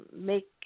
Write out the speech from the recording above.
make